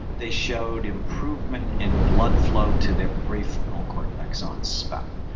they showed improvement in blood flow to their prefrontal cortex zones back.